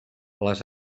les